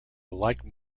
like